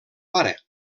pare